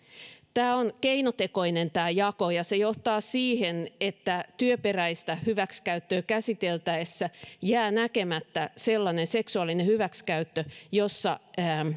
tämä jako on keinotekoinen ja se johtaa siihen että työperäistä hyväksikäyttöä käsiteltäessä jää näkemättä sellainen seksuaalinen hyväksikäyttö jossa